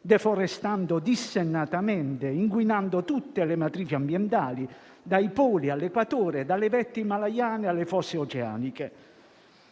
deforestando dissennatamente e inquinando tutte le matrici ambientali, dai Poli all'Equatore, dalle vette himalayane alle fosse oceaniche.